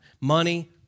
money